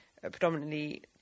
predominantly